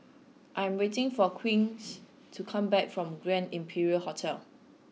I am waiting for Queen to come back from Grand Imperial Hotel